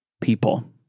people